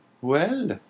Well